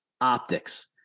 optics